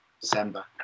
December